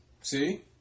See